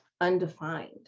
undefined